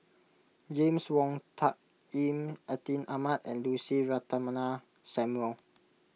James Wong Tuck Yim Atin Amat and Lucy Ratnammah Samuel